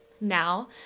now